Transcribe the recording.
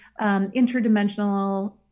interdimensional